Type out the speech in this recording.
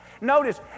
Notice